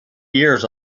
years